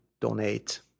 donate